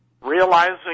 realizing